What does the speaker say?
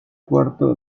cuarto